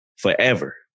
forever